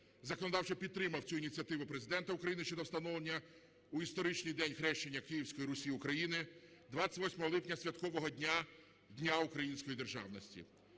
законодавчо підтримав цю ініціативу Президента України щодо встановлення в історичний День Хрещення Київської Русі - України 28 липня святкового дня - Дня Української Державності,